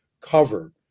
covered